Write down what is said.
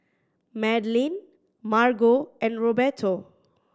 Madlyn Margo and Roberto